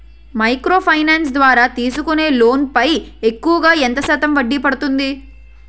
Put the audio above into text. Micro finance ద్వారా తీసుకునే loan పై ఎక్కువుగా ఎంత శాతం వడ్డీ పడుతుంది?